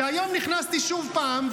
והיום נכנסתי עוד פעם,